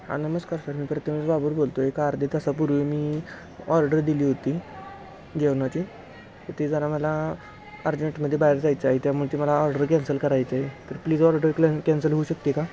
हा नमस्कार सर मी प्रथमेश बाबर बोलतो आहे एक अर्ध्या तासापूर्वी मी ऑर्डर दिली होती जेवणाची ते जरा मला अर्जंटमध्ये बाहेर जायचं आहे त्यामुळे ते मला ऑर्डर कॅन्सल करायचं आहे तर प्लीज ऑर्डर क्लॅन कॅन्सल होऊ शकते का